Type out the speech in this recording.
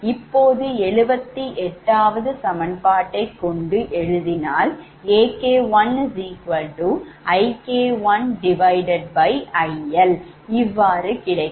இப்போது 78 வது சமன்பாட்டை கொண்டு எழுதினால் AK1 𝐼K1𝐼L இவ்வாறு கிடைக்கும்